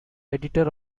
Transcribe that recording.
editor